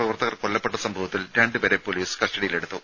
പ്രവർത്തകർ കൊല്ലപ്പെട്ട സംഭവത്തിൽ രണ്ടുപേരെ പൊലീസ് കസ്റ്റഡിയിലെടുത്തു